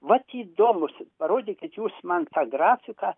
vat įdomus parodykit jūs man tą grafiką